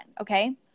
okay